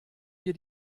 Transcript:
wir